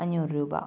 അഞ്ഞൂറ് രൂപ